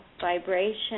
vibration